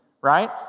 Right